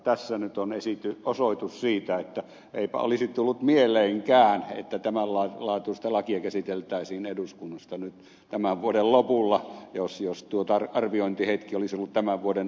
tässä nyt on osoitus siitä että eipä olisi tullut mieleenkään että tämän laatuista lakia käsiteltäisiin eduskunnassa nyt tämän vuoden lopulla jos arviointihetki olisi ollut tämän vuoden alkupuolella